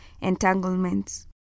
entanglements